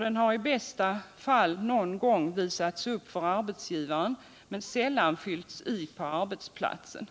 Den har i bästa fall någon gång visats upp för arbetsgivaren men sällan fyllts i på arbetsplatsen.